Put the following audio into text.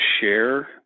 share